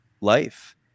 life